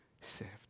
saved